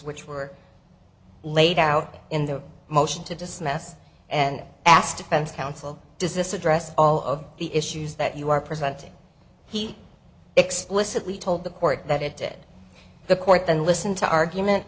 which were laid out in the motion to dismiss and ask defense counsel does this address all of the issues that you are presenting he explicitly told the court that it did the court then listen to argument